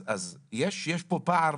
אז יש פה פער.